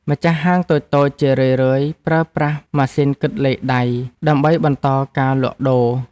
ម្ចាស់ហាងតូចៗជារឿយៗប្រើប្រាស់ម៉ាស៊ីនគិតលេខដៃ ដើម្បីបន្តការលក់ដូរ។